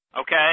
Okay